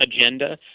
agenda